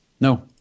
No